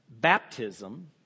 Baptism